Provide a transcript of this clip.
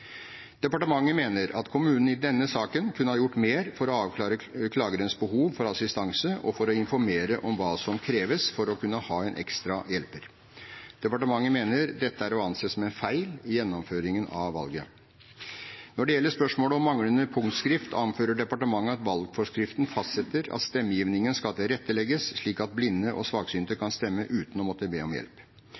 Departementet mener at kommunen i denne saken kunne ha gjort mer for å avklare klagerens behov for assistanse og for å informere om hva som kreves for å kunne ha en ekstra hjelper. Departementet mener dette er å anse som en feil i gjennomføringen av valget. Når det gjelder spørsmålet om manglende punktskrift, anfører departementet at valgforskriften fastsetter at stemmegivningen skal tilrettelegges slik at blinde og svaksynte kan stemme uten å måtte be om hjelp.